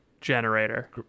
generator